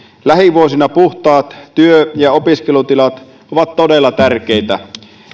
lähivuosina puhtaat työ ja opiskelutilat ovat todella tärkeitä